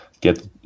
get